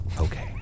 Okay